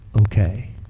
okay